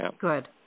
Good